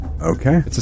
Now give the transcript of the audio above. Okay